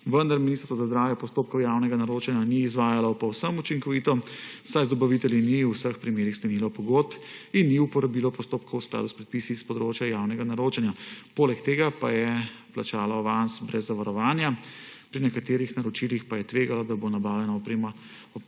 Vendar Ministrstvo za zdravje postopkov javnega naročanja ni izvajalo povsem učinkovito, saj z dobavitelji ni v vseh primerih sklenilo pogodb in ni uporabilo postopkov v skladu s predpisi s področja javnega naročanja. Poleg tega pa je plačalo avans brez zavarovanja, pri nekaterih naročilih pa je tvegalo, da bo nabavljena oprema